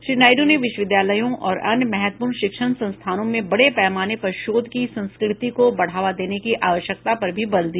श्री नायड् ने विश्वविद्यालयों और अन्य महत्वपूर्ण शिक्षण संस्थानों में बड़े पैमाने पर शोध की संस्कृति को बढ़ावा देने की आवश्यकता पर भी बल दिया